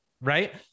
Right